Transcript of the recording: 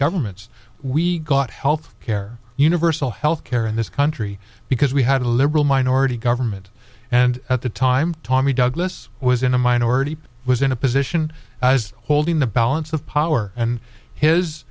governments we got health care universal health care in this country because we had a liberal minority government and at the time tommy douglas was in a minority was in a position as holding the balance of power and his